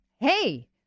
hey